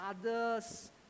others